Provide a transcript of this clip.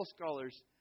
scholars